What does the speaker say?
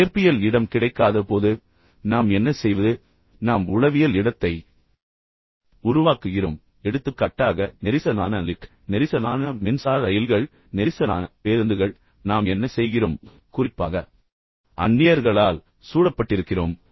இயற்பியல் இடம் கிடைக்காதபோது நாம் என்ன செய்வது நாம் உளவியல் இடத்தை உருவாக்குகிறோம் எடுத்துக்காட்டாக நெரிசலான லிப்ட் நெரிசலான மின்சார ரயில்கள் நெரிசலான பேருந்துகள் நாம் என்ன செய்கிறோம் குறிப்பாக அந்நியர்களால் சூழப்பட்டிருக்கிறோம்